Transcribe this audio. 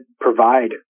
provide